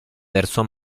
verso